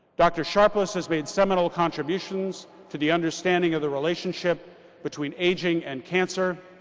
dr. sharpless has made seminal contributions to the understanding of the relationship between aging and cancer,